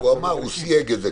הוא סייג את זה.